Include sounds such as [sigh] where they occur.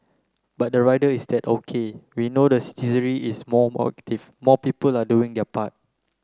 but the rider is that OK we know that [unintelligible] is more active more people are doing their part